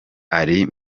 ari